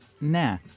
nah